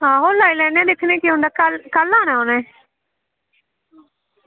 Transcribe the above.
आं लाई लैने आं दिक्खी लैने आं केह् पता ओह् कल्ल आना उनें